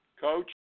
Coach